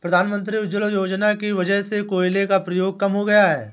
प्रधानमंत्री उज्ज्वला योजना की वजह से कोयले का प्रयोग कम हो गया है